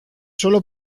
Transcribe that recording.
solo